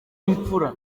impfura